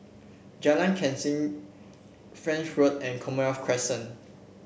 Jalan Kechil French Road and Commonwealth Crescent